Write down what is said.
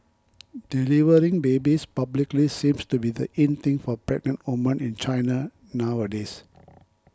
delivering babies publicly seems to be the in thing for pregnant women in China nowadays